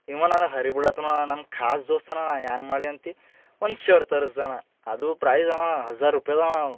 ಇವ ನನ್ನ ಹರಿ ಬೀಳ್ಳತ್ತಾನ ನನ್ನ ಖಾಸಾ ದೋಸ್ತನಣ್ಣ ಏನ್ ಮಾಡಲಿ ಅಂತಿ ಒಂದು ಶರ್ಟ್ ತರಿಸ್ದೆಣ್ಣ ಅದು ಪ್ರೈಝು ಅಣ್ಣ ಹಝಾರ್ ರೂಪಾಯ್ದಣ್ಣ